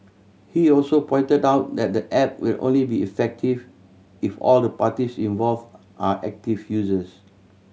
he also pointed out that the app will only be effective if all the parties involved are active users